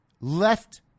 left